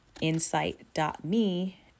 insight.me